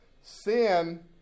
Sin